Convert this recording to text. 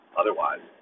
otherwise